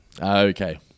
Okay